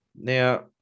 Now